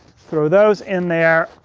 throw those in there.